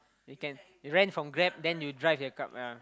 you can rent from Grab then you drive your car yeah